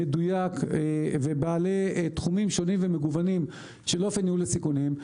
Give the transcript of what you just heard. מדויק ובעלי תחומים שונים ומגוונים של אופן ניהול הסיכונים,